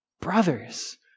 Brothers